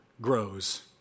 grows